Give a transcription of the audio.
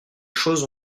choses